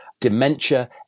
dementia